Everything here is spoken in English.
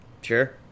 Sure